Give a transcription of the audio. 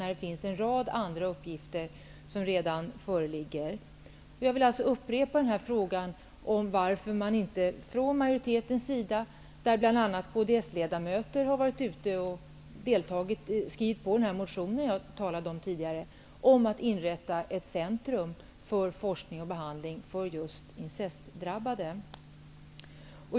Barnombudsmannen har en rad andra uppgifter som redan föreligger. Jag vill upprepa frågan om varför man inte från majoritetens sida har ställt sig bakom detta förslag. Kds-ledamöter har bl.a. skrivit på den motion som jag talade om tidigare, om att inrätta ett centrum för forskning och behandling för incestdrabbade.